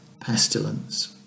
pestilence